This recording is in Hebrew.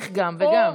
צריך גם וגם.